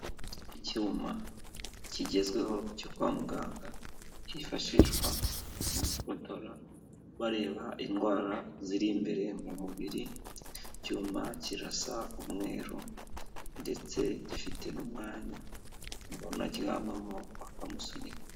Icyuma kigezweho cyo kwa muganga kifashishwa mu gufotora bareba indwara ziri imbere mu mubiri, icyo cyuma kirasa umweru ndetse gifite n'umwanya umuntu aryamamo bakamusunika.